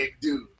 dude